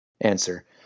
answer